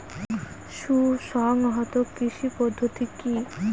সুসংহত কৃষি পদ্ধতি কি?